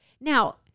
Now